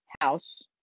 house